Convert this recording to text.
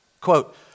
Quote